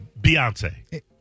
Beyonce